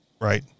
right